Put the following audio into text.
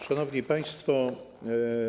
Szanowni Państwo!